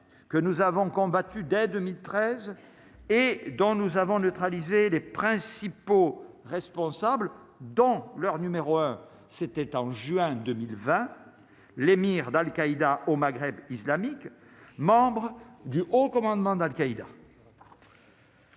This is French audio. que nous avons combattu dès 2013 et dont nous avons neutralisé les principaux responsables dans leur numéro 1, c'était en juin 2020, l'émir d'Al-Qaïda au Maghreb islamique membre du haut commandement d'Al-Qaïda.